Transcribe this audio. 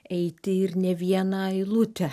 eiti ir ne vieną eilutę